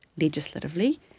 legislatively